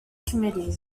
committee